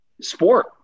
sport